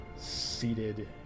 seated